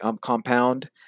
compound